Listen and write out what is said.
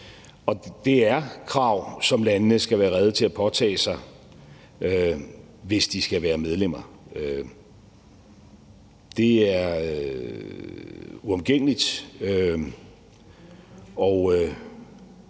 Og det er krav, som landene skal være rede til at påtage sig at overholde, hvis de skal være medlemmer. Det er uomgængeligt.